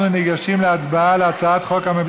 אנחנו ניגשים להצבעה על הצעת חוק,